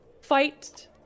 Fight